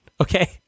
okay